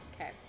Okay